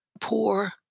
poor